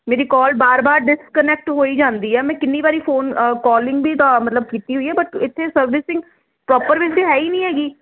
ਮੇਰੀ ਕਾਲ ਬਾਰ ਬਾਰ ਡਿਸਕਨੈਕਟ ਹੋਈ ਜਾਂਦੀ ਹੈ ਮੈਂ ਕਿੰਨੀ ਵਾਰੀ ਫੋਨ ਕਾਲਿੰਗ ਵੀ ਦਾ ਮਤਲਬ ਕੀਤੀ ਹੋਈ ਹੈ ਬਟ ਇਥੇ ਸਰਵਿਸਿੰਗ ਪ੍ਰੋਪਰ ਵੈਸੇ ਹੈ ਹੀ ਨਹੀਂ ਹੈਗੀ